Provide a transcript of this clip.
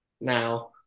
Now